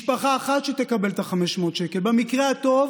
משפחה אחת,